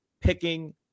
picking